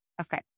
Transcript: Okay